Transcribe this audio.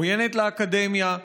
עוינת לאקדמיה,